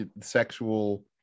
sexual